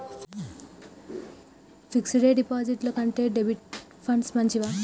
Fix డ్ డిపాజిట్ల కంటే డెబిట్ ఫండ్స్ మంచివా?